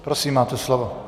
Prosím, máte slovo.